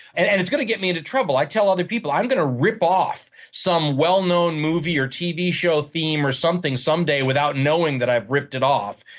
and and it's going to get me into trouble. i tell other people i'm going to rip off some well known movie or tv show theme or something someday without knowing that i've ripped it off.